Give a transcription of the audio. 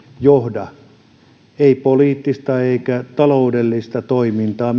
johda poliittista eikä taloudellista toimintaa